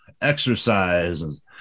exercise